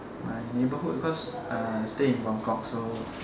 my neighbourhood because I stay in buangkok so